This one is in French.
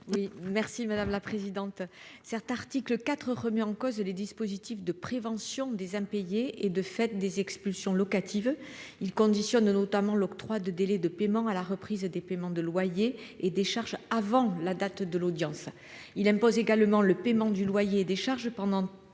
Merci madame la présidente.